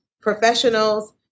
professionals